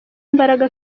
imbaraga